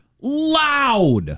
Loud